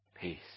Peace